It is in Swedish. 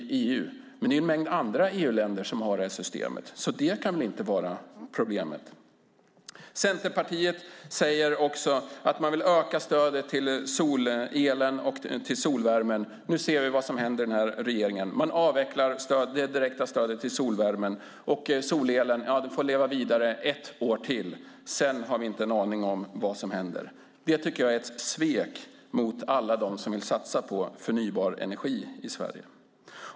Men det är ju en mängd andra EU-länder som har det här systemet, så det kan väl inte vara problemet. Centerpartiet säger också att man vill öka stödet till solelen och solvärmen. Nu ser vi vad som händer med den här regeringen. Man avvecklar det direkta stödet till solvärmen, och solelen får leva vidare ett år till. Sedan har vi inte en aning om vad som händer. Det tycker jag är ett svek mot alla dem som vill satsa på förnybar energi i Sverige.